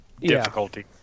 difficulty